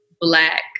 black